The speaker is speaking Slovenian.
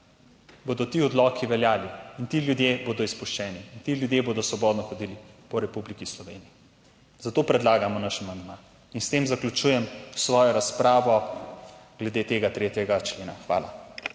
bodo ti odloki veljali in ti ljudje bodo izpuščeni in ti ljudje bodo svobodno hodili po Republiki Sloveniji, zato predlagamo naš amandma in s tem zaključujem svojo razpravo glede tega 3.a člena. Hvala.